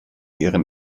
ihren